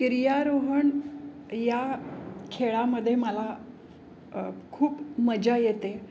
गिर्यारोहण या खेळामध्ये मला खूप मजा येते